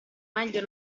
meglio